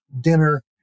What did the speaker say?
dinner